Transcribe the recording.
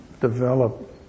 develop